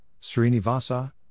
Srinivasa